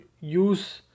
use